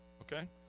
okay